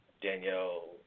Danielle